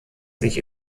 sich